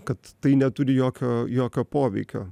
kad tai neturi jokio jokio poveikio